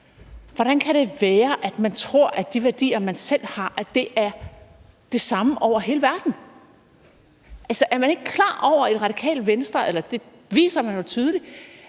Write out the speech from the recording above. Hvordan kan det være, at man tror, at de værdier, man selv har, er de samme over hele verden? Er man i Det Radikale Venstre ikke klar over – det er man ikke; det viser man jo tydeligt